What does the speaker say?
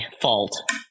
fault